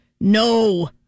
no